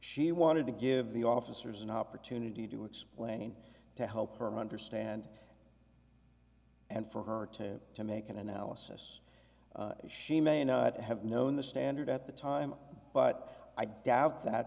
she wanted to give the officers an opportunity to explain to help her understand and for her to to make an analysis if she may not have known the standard at the time but i doubt that